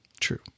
True